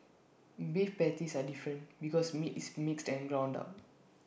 beef patties are different because meat is mixed and ground up